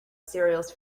cereals